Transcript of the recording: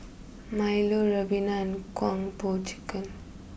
Milo Ribena and Po Chicken